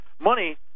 money